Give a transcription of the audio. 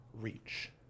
reach